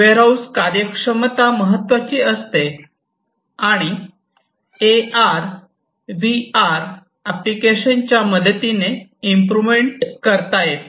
warehouse कार्यक्षमता महत्त्वाची असते आणि A R V R applications च्या मदतीने इंप्रू करता येते